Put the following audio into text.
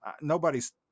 nobody's